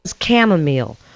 Chamomile